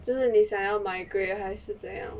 就是你想要 migrate 还是怎样